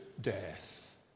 death